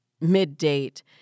mid-date